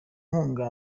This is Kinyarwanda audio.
nkunga